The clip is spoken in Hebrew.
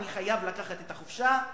אני חייב לקחת את החופשה.